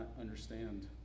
understand